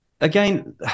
again